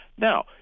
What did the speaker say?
Now